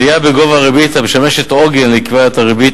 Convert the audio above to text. עלייה בגובה הריבית המשמשת עוגן לקביעת הריבית